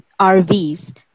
RVs